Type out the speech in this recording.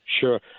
sure